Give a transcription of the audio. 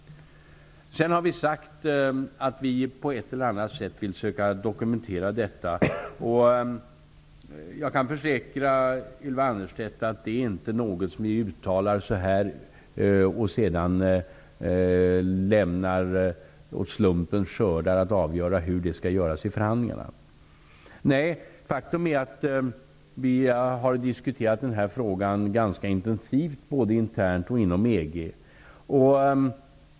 Sedan har vi sagt att vi på ett eller annat sätt vill söka dokumentera detta. Jag kan försäkra Ylva Annerstedt att det inte är något som vi uttalar, och sedan lämnar åt slumpen att avgöra hur det skall ske i förhandlingarna. Nej, faktum är att vi har diskuterat den här frågan ganska intensivt, både internt och inom EG.